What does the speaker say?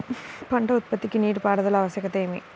పంట ఉత్పత్తికి నీటిపారుదల ఆవశ్యకత ఏమి?